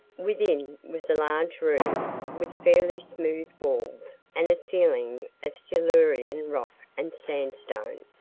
within was a large room with fairly smooth walls and ceiling of silurian rock and sandstone.